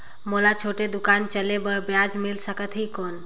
मोला छोटे दुकान चले बर ब्याज मिल सकत ही कौन?